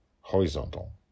Horizontal